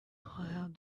have